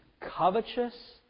covetous